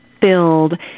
build